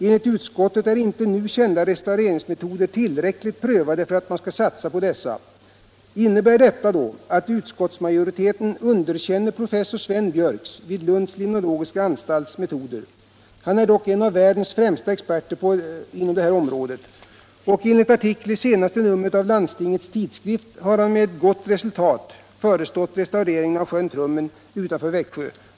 Enligt utskottet är inte nu kända restaureringsmetoder tillräckligt prövade för att man skall satsa på dessa. Innebär detta att utskottsmajoriteten underkänner professor Sven Björks vid Lunds limnologiska anstalt metoder? Han är dock en av världens främsta experter inom området. Enligt en artikel i senaste numret av Landstingets Tidskrift har han med gott resultat förestått restaureringen av sjön Trummen utanför Växjö.